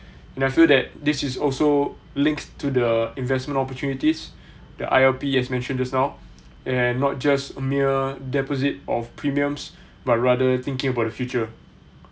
and I feel that this is also linked to the investment opportunities the I_L_P as mentioned just now and not just a mere deposit of premiums but rather thinking about the future